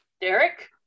Derek